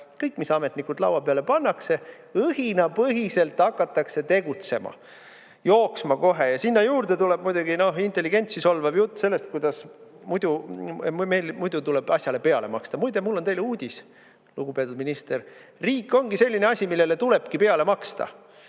kõigega, mis ametnikule laua peale pannakse, õhinapõhiselt hakatakse tegutsema, jooksma kohe. Ja sinna juurde tuleb muidugi intelligentsi solvav jutt sellest, kuidas muidu meil tuleb asjale peale maksta. Muide, mul on teile uudis, lugupeetud minister: riik ongi selline asi, millele tuleb peale maksta.